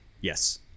yes